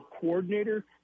coordinator